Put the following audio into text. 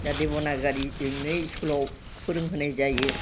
दा देबनागरिजोंनो स्कुलाव फोरोंहोनाय जायो